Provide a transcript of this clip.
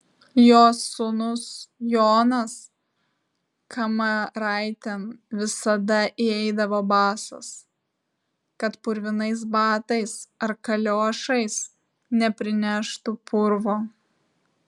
jos sūnus jonas kamaraitėn visada įeidavo basas kad purvinais batais ar kaliošais neprineštų purvo